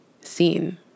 seen